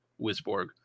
Wisborg